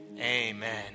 Amen